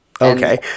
Okay